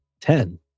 Ten